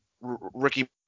Ricky